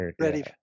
ready